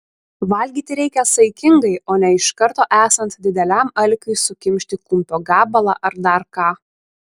valgyti reikia saikingai o ne iš karto esant dideliam alkiui sukimšti kumpio gabalą ar dar ką